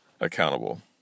accountable